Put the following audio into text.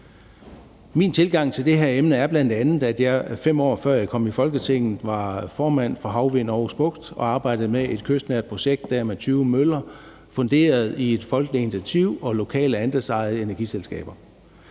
Min tilgang til det her emne er bl.a., at jeg, 5 år før jeg kom i Folketinget, var formand for Havvind Århus Bugt og arbejdede med et kystnært projekt med 20 møller, funderet i et folkeligt initiativ og lokale andelsejede energiselskaber.